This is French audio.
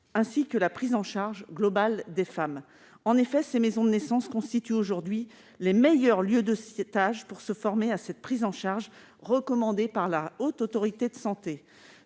ainsi que la prise en charge globale des femmes. En effet, ces maisons de naissance constituent aujourd'hui les meilleurs lieux de stage pour se former à cette prise en charge recommandée par la Haute Autorité de santé